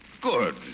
Good